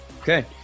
Okay